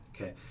okay